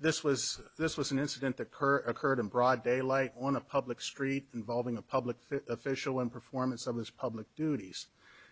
this was this was an incident that per occurred in broad daylight on a public street involving a public official in performance of his public duties